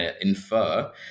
infer